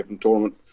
tournament